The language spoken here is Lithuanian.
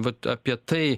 vat apie tai